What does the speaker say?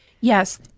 Yes